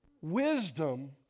Wisdom